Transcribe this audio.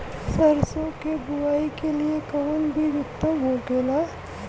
सरसो के बुआई के लिए कवन बिज उत्तम होखेला?